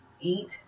eat